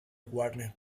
warner